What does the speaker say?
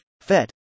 FET